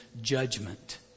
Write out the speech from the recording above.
judgment